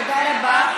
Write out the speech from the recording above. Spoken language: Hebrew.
תודה רבה.